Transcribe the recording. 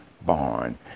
barn